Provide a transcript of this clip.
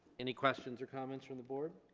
any questions or comments from the board